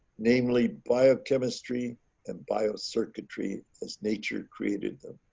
namely biochemistry and bio circuitry as nature created them.